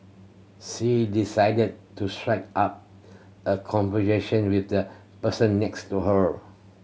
she decided to strike up a conversation with the person next to her